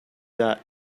got